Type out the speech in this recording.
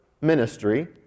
ministry